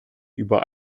über